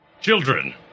Children